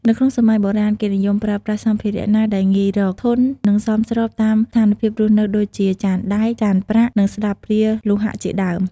នៅក្នុងសម័យបុរាណគេនិយមប្រើប្រាស់សម្ភារៈណាដែលងាយរក ធន់ និងសមស្របតាមស្ថានភាពរស់នៅដូចជា ចានដែក ចានប្រាក់ និងស្លាបព្រាលោហៈជាដើម។